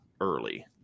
early